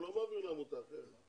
הוא לא מעביר לעמותה אחרת.